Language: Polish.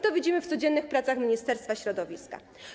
To widzimy w codziennych pracach Ministerstwa Środowiska.